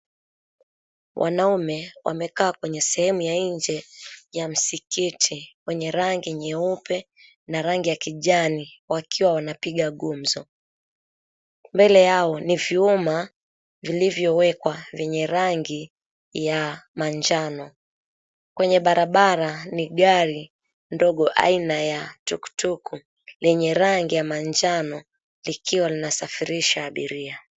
Wanaume wamekaa kwenye sehemu ya nje ya msikiti wenye rangi nyeupe na rangi ya kijani wakiwa wanapiga gumzo. Mbele yao ni vyuma vilivyowekwa vyenye rangi ya manjano. Kwenye barabara ni gari ndogo aina ya tukutuku lenye rangi ya manjano likiwa linasafirisha abiria.